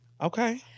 Okay